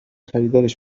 خریدارش